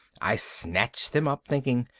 i snatched them up, thinking,